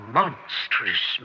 monstrous